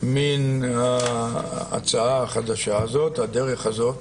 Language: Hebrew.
מן ההצעה החדשה הזאת, הדרך הזאת